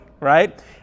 Right